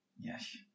Yes